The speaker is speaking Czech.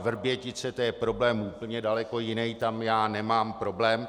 Vrbětice, to je problém úplně daleko jiný, tam já nemám problém.